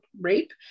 rape